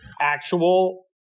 actual